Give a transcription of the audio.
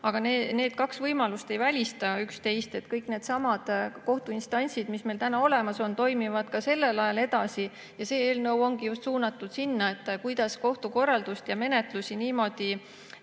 Aga need kaks võimalust ei välista teineteist. Kõik needsamad kohtuinstantsid, mis meil täna olemas on, toimivad ka sellel ajal edasi. Ja see eelnõu ongi suunatud just sinna, kuidas kohtukorraldust ja ‑menetlust niimoodi